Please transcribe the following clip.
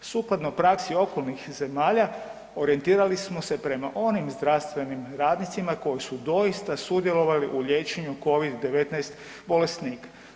Sukladno praksi okolnih zemalja, orijentirali smo se prema onim zdravstvenim radnicima koji su doista sudjelovali u liječenju COVID-19 bolesnika.